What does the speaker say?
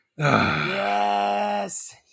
Yes